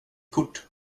kort